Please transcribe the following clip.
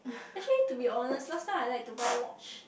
actually to be honest last time I like to buy watch